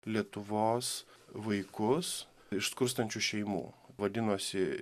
lietuvos vaikus iš skurstančių šeimų vadinosi